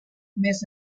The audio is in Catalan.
més